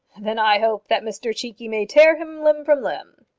then i hope that mr cheekey may tear him limb from limb.